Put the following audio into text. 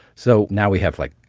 so now we have, like,